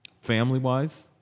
family-wise